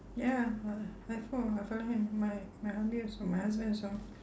ya I I fo~ I follow him my my hubby also my husband also